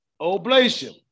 Oblation